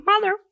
mother